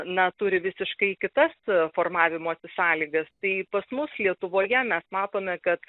na turi visiškai kitas formavimosi sąlygas tai pas mus lietuvoje mes matome kad